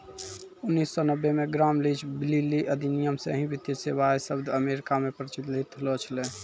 उन्नीस सौ नब्बे मे ग्राम लीच ब्लीली अधिनियम से ही वित्तीय सेबाएँ शब्द अमेरिका मे प्रचलित होलो छलै